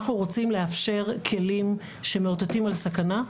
אנחנו רוצים לאפשר כלים שמאותתים על סכנה.